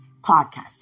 podcast